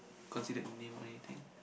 considered the name or anything